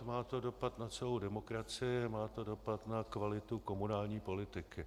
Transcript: Má to dopad na celou demokracii, má to dopad na kvalitu komunální politiky.